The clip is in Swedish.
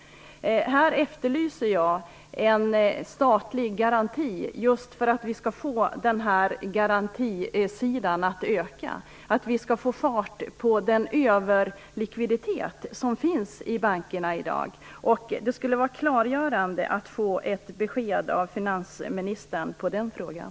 Jag efterlyser en statlig garanti som kan förbättra läget när det gäller garantier och att man får fart på den överlikviditet som bankerna har i dag. Det skulle vara klargörande med ett besked från finansministern i den frågan.